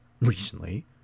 recently